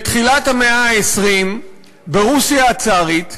בתחילת המאה ה-20 ברוסיה הצארית,